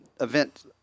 event